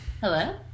Hello